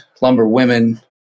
lumberwomen